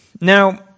Now